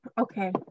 okay